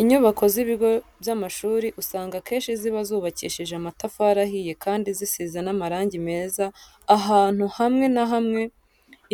Inyubako z'ibigo by'amashuri usanga akenshi ziba zubakishije amatafari ahiye kandi zisize n'amarangi meza ahantu hamwe na hamwe.